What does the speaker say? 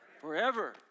Forever